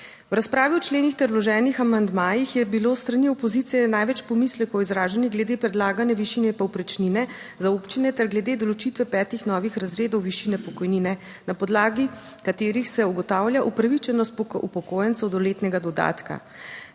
V razpravi o členih ter vloženih amandmajih je bilo s strani opozicije največ pomislekov izraženih glede predlagane višine povprečnine za občine ter glede določitve petih novih razredov višine pokojnine na podlagi katerih se ugotavlja upravičenost upokojencev do letnega dodatka.